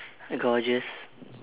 gorgeous